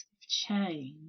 change